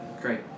Great